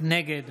נגד